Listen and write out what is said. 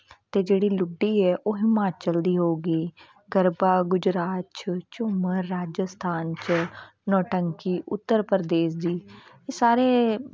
ਅਤੇ ਜਿਹੜੀ ਲੁੱਡੀ ਹੈ ਉਹ ਹਿਮਾਚਲ ਦੀ ਹੋ ਗਈ ਗਰਬਾ ਗੁਜਰਾਤ 'ਚ ਝੁਮਰ ਰਾਜਸਥਾਨ 'ਚ ਨੌਟੰਕੀ ਉੱਤਰ ਪ੍ਰਦੇਸ਼ ਦੀ ਇਹ ਸਾਰੇ